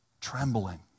Trembling